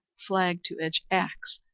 flag to edge axe,